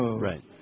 Right